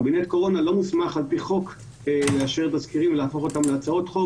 קבינט הקורונה לא מוסמך על פי חוק לאשר תזכירים ולהפוך אותן להצעות חוק.